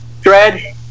dread